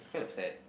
kind of sad